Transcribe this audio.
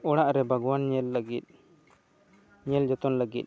ᱚᱲᱟᱜ ᱨᱮ ᱵᱟᱜᱽᱣᱟᱱ ᱧᱮᱞ ᱞᱟᱹᱜᱤᱫ ᱧᱮᱞ ᱡᱚᱛᱚᱱ ᱞᱟᱹᱜᱤᱫ